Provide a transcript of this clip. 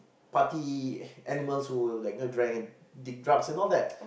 party animals who like you know drank and did drugs all that